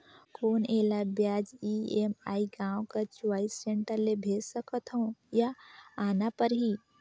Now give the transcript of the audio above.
कौन एला ब्याज ई.एम.आई गांव कर चॉइस सेंटर ले भेज सकथव या आना परही?